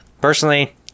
personally